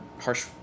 harsh